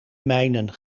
mijnen